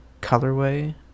colorway